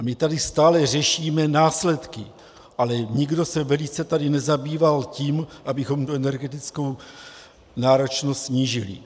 My tady stále řešíme následky, ale nikdo se tady nezabýval tím, abychom tuto energetickou náročnost snížili.